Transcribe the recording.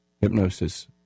Hypnosis